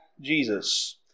Jesus